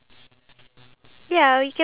you were in a live broadcast